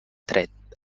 tret